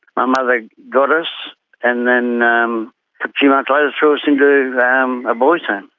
my mother got us and then um a few months later threw us into um a boy's home,